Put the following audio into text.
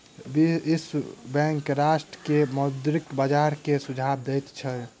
विश्व बैंक राष्ट्र के मौद्रिक सुधार के सुझाव दैत छै